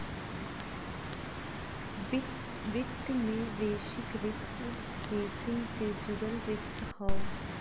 वित्त में basis risk hedging से जुड़ल रिस्क हौ